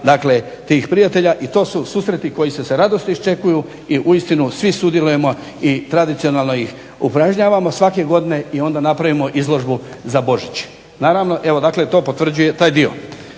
tih prijatelja. To su susreti koji se s radošću iščekuju i svi sudjelujemo i tradicionalno ih upražnjavamo svake godine i onda napravimo izložbu za Božić. To potvrđuje taj dio.